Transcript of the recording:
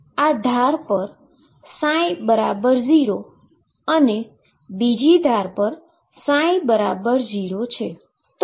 આ ધાર પર ψ 0 અને બીજી ધાર પર ψ0 છે